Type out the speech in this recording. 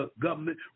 government